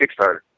Kickstarter